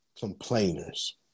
complainers